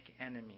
enemy